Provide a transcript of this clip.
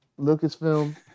Lucasfilm